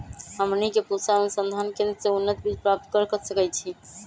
हमनी के पूसा अनुसंधान केंद्र से उन्नत बीज प्राप्त कर सकैछे?